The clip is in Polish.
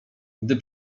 gdy